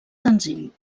senzill